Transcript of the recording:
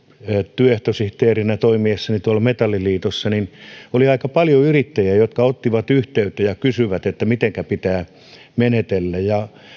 työehtosihteerinä toimiessani metalliliitossa oli aika paljon yrittäjiä jotka ottivat yhteyttä ja kysyivät mitenkä pitää menetellä ja